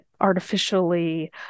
artificially